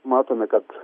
matome kad